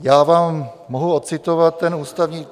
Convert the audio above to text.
Já vám mohu odcitovat ten ústavní...